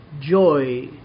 joy